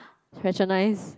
patronize